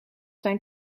zijn